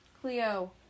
Cleo